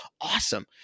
awesome